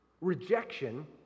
Rejection